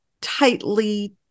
tightly